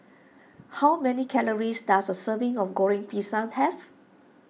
how many calories does a serving of Goreng Pisang have